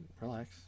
relax